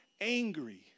angry